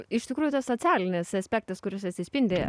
iš tikrųjų tas socialinis aspektas kuris atsispindi